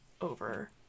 over